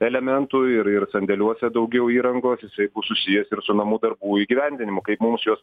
elementų ir ir sandėliuose daugiau įrangos jisai bus susijęs ir su namų darbų įgyvendinimu kaip mums juos